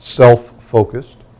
self-focused